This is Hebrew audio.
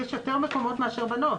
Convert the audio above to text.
יש יותר מקומות מאשר בנות.